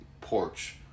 porch